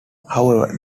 however